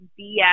bs